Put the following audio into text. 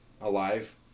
alive